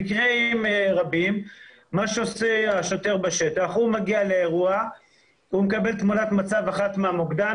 במקרים רבים השוטר מגיע לאירוע והוא מקבל תמונת מצב אחת מהמוקדן.